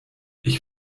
ich